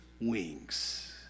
wings